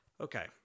Okay